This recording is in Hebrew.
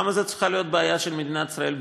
למה זו צריכה להיות בעיה של מדינת ישראל בלבד?